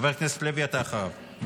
חבר הכנסת לוי, אתה אחריו.